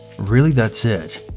really, that's it.